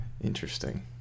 Interesting